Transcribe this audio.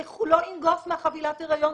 זה לא ינגוס מחבילת ההריון,